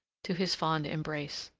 to his fond embrace.